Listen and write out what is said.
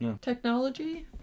Technology